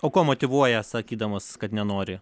o kuo motyvuoja sakydamas kad nenori